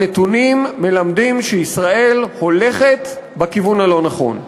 הנתונים מלמדים שישראל הולכת בכיוון הלא-נכון.